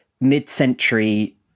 mid-century